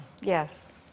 Yes